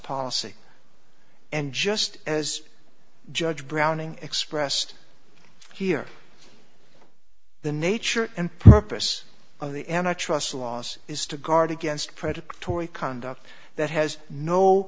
policy and just as judge browning expressed here the nature and purpose of the n r trust laws is to guard against predatory conduct that has no